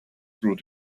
through